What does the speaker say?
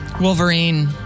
Wolverine